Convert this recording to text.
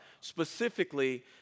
specifically